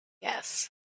Yes